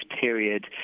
period